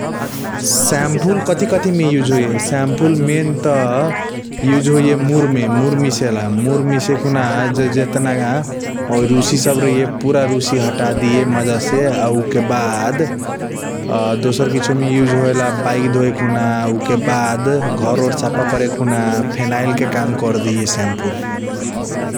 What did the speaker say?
सांपों कथी कथी मे एउज होइया सांपों मेन त उएज होई मूर मे मूर मिसेला । मूर मिसे खुना जटना रूसी सब रहैय पूरा रूसी हट दीयए मज़ा से । आ उके बाद दोसार किसियों मे उएज होयला बाइक धोयखून । उके बाद घर ओर साफ करे खुना फेनाइल के काम करदीयए सांपों ।